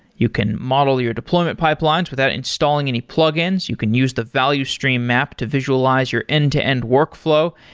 you can model your deployment pipelines without installing any plugins. you can use the value stream map to visualize your end-to-end workflow,